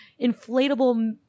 inflatable